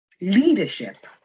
leadership